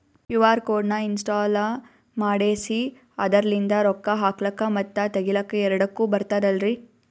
QR code ನ install ಮಾಡೆಸಿ ಅದರ್ಲಿಂದ ರೊಕ್ಕ ಹಾಕ್ಲಕ್ಕ ಮತ್ತ ತಗಿಲಕ ಎರಡುಕ್ಕು ಬರ್ತದಲ್ರಿ?